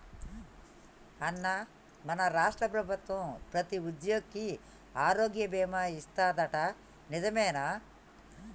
అన్నా మన రాష్ట్ర ప్రభుత్వం ప్రతి ఉద్యోగికి ఆరోగ్య బీమా ఇస్తాదట నిజమేనా